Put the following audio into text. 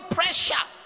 pressure